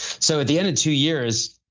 so at the end of two years,